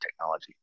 technology